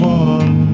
one